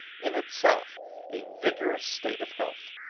in itself a vigorous state of health.